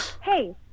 hey